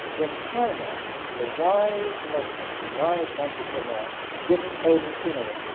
in china the wise merchant, the wise entrepreneur didn't own machinery.